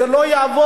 זה לא יעבוד,